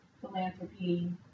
philanthropy